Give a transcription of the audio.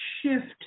shift